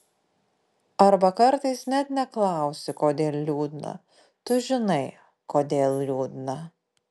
arba kartais net neklausi kodėl liūdna tu žinai kodėl liūdna